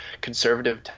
conservative